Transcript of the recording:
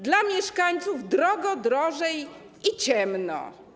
Dla mieszkańców jest drogo, drożej i ciemno.